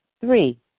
Three